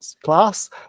class